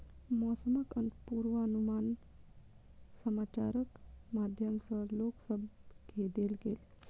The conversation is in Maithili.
मौसमक पूर्वानुमान समाचारक माध्यम सॅ लोक सभ केँ देल गेल